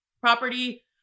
property